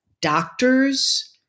doctors